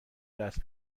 دست